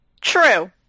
True